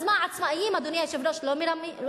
אז מה, עצמאים, אדוני היושב-ראש, לא מרמים?